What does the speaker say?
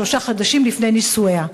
שלושה חודשים לפני נישואיה.